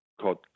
called